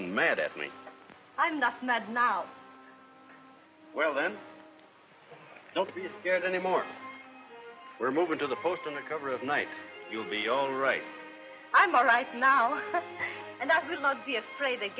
and mad at me i'm not mad now well then don't be scared anymore we're moving to the post on the cover of night you'll be all right i'm all right now and that will not be afraid